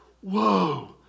Whoa